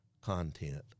content